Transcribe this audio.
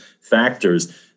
factors